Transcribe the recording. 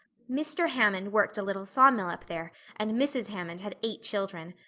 mr. hammond worked a little sawmill up there, and mrs. hammond had eight children.